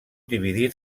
dividir